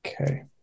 Okay